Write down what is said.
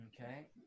Okay